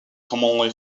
commonly